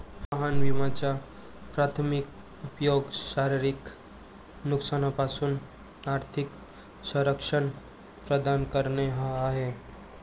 वाहन विम्याचा प्राथमिक उपयोग शारीरिक नुकसानापासून आर्थिक संरक्षण प्रदान करणे हा आहे